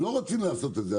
לא רוצים לעשות את זה,